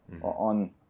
on